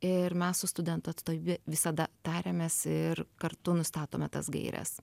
ir mes su studentų atstovybe visada tariamės ir kartu nustatome tas gaires